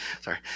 sorry